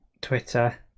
Twitter